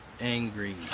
angry